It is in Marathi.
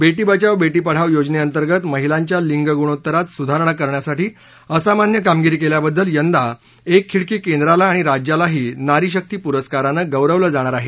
बेटी बचाव बेटी पढाव योजनेअंतर्गंत महिलांच्या लिंग गुणोत्तरात सुधारणा करण्यासाठी असामान्य कामगिरी केल्याबद्दल यंदा एक खिडकी केंद्राला आणि राज्यालाही नारी शक्ती पुरस्कारानं गौरवलं जाणार आहे